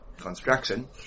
construction